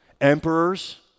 Emperors